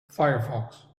firefox